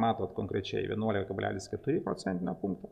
matot konkrečiai vienuolika kablelis keturi procentinio punkto